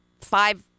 five